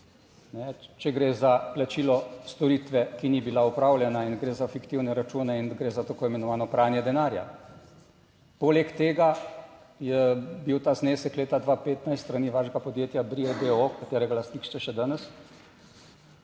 če gre za plačilo storitve, ki ni bila opravljena in gre za fiktivne račune in gre za tako imenovano pranje denarja. Poleg tega je bil ta znesek leta 2015 s strani vašega podjetja Brio d. o. o., katerega lastnik ste še danes,